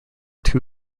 two